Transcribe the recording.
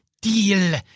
deal